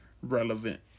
relevant